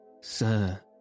Sir